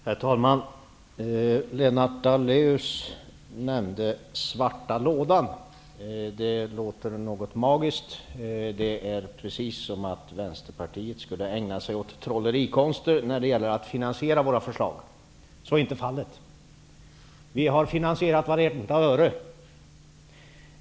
Herr talman! Lennart Daléus nämnde den svarta lådan. Det låter magiskt, som om Vänsterpartiet skulle ägna sig åt trollerikonster för att finansiera sina förslag. Så är inte fallet. Vi har finansierat vartenda öre.